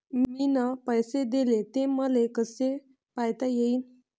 मिन पैसे देले, ते मले कसे पायता येईन?